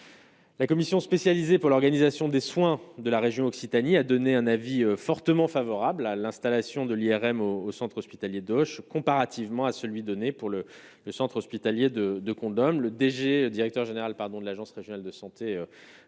La commission spécialisée pour l'organisation des soins de la région Occitanie a donné un avis fortement favorable à l'installation de l'IRM au centre hospitalier de gauche comparativement à celui donné pour le le centre hospitalier de de condom, le DG, directeur général, pardon, de l'Agence Régionale de Santé